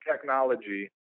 technology